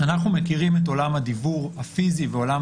אנחנו מכירים את עולם הדיוור הפיסי ועולם